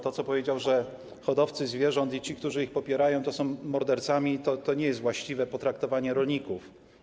To, co powiedział: że hodowcy zwierząt i ci, którzy ich popierają, są mordercami, to nie jest właściwe potraktowanie rolników.